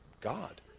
God